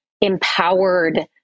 empowered